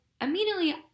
immediately